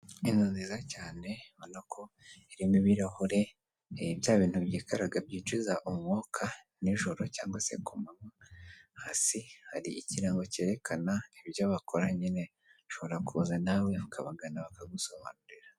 Inzu nziza cyane ubona ko irimo ibirahure bya bintu byikaraga byijiza umwuka nijoro, cyangwa se kumananywa, hasi hari ikirango cyerekana ibyo bakora nyine ushobora kuza nawe ukabagana bakagusobanurira.